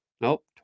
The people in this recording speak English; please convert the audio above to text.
Nope